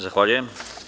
Zahvaljujem.